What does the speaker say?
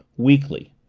weakly.